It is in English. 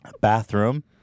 Bathroom